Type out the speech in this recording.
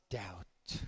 doubt